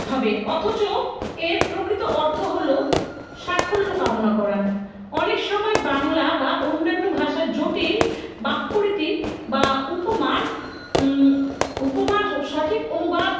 হবে অথচ এর প্রকৃত অর্থ হল সাফল্য কামনা করা অনেক সময় বাংলা বা অন্যান্য ভাষার জটিল বাক্যঋতি বা উপমার উপমার সঠিক অনুবাদ